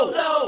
no